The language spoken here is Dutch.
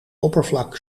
oppervlak